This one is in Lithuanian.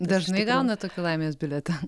dažnai gaunat tokį laimės bilietą